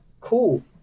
cool